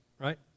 Right